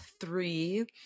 three